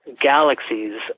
galaxies